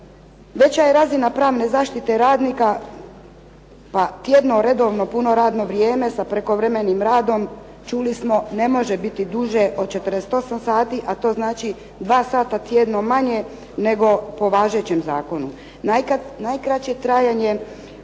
Veća je razina pravne zaštite radnika, pa tjedno redovno puno radno vrijeme sa prekovremenim radom, čuli smo ne može biti duže od 48 sati, a to znači dva sata tjedno manje, nego po važećem zakonu. Najkraće trajanje